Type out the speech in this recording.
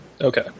Okay